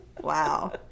Wow